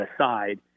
aside